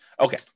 Okay